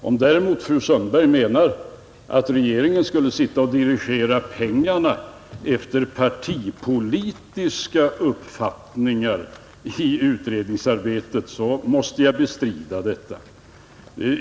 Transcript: Om däremot fru Sundberg menar att regeringen skulle sitta och dirigera pengarna efter partipolitiska uppfattningar i utredningsarbetet, så måste jag bestrida detta.